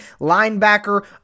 linebacker